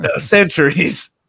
centuries